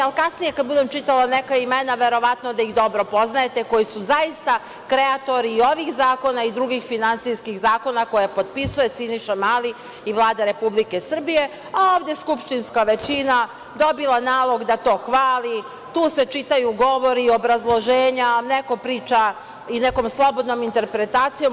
Ali, kasnije kada budem čitala neka imena, verovatno da ih dobro poznajete, koji su zaista kreatori i ovih zakona i drugih finansijskih zakona koje potpisuje Siniša Mali i Vlada Republike Srbije, a ovde skupštinska većina dobila nalog da to hvali, tu se čitaju govori, obrazloženja, neko priča i nekom slobodnom interpretacijom.